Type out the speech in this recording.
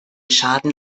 schaden